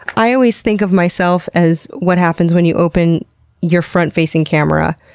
i always think of myself as what happens when you open your front-facing camera.